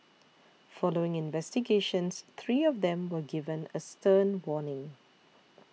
following investigations three of them were given a stern warning